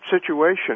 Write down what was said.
situation